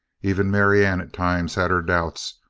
even marianne at times had her doubts,